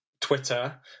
Twitter